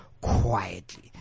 quietly